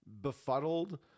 befuddled